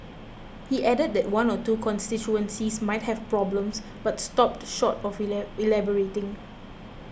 he added that one or two constituencies might have problems but stopped short of elaborating